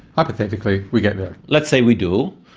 hypothetically, we get there. let's say we do.